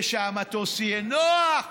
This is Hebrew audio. ושהמטוס יהיה נוח.